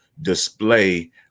display